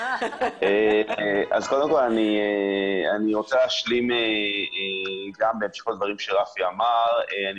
אני רוצה להתייחס בדברים שלי לשני דברים.